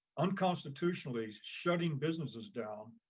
unconstitutionally shutting businesses down,